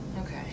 okay